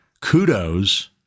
Kudos